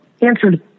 answered